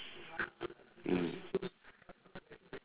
mm